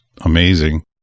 amazing